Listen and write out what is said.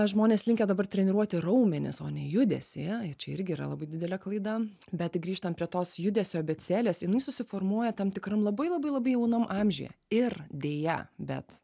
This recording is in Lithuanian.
žmonės linkę dabar treniruoti raumenis o ne judesį ir čia irgi yra labai didelė klaida bet grįžtant prie tos judesio abėcėlės jinai susiformuoja tam tikram labai labai labai jaunam amžiuje ir deja bet